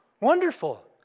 Wonderful